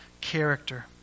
character